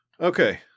Okay